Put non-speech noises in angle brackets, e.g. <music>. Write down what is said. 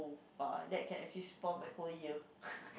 oh err that can actually spoil my whole year <noise>